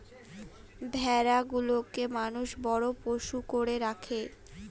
ভেড়া গুলোকে মানুষ বড় পোষ্য করে রাখে